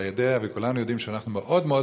אתה יודע וכולנו יודעים שאנחנו מאוד מאוד